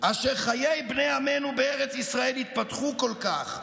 "אשר חיי בני עמנו בארץ ישראל יתפתחו כל כך,